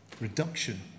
reduction